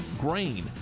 grain